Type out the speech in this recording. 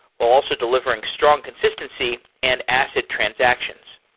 while also delivering strong consistency and asset transactions.